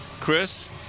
Chris